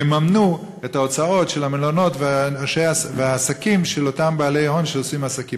יממנו את ההוצאות של המלונות והעסקים של אותם בעלי הון שעושים עסקים.